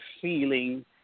feeling